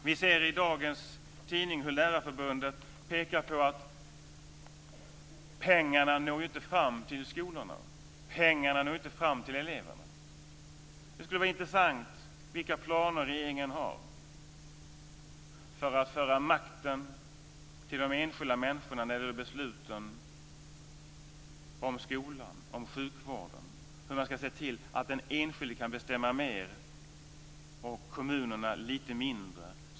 Vi ser i dagens tidning att Lärarförbundet pekar på att pengarna inte når fram till skolorna, att pengarna inte når fram till eleverna. Det skulle vara intressant att få veta vilka planer regeringen har för att föra makten till de enskilda människorna när det gäller besluten om skolan och sjukvården. Den enskilde ska kunna bestämma mer och kommunerna lite mindre.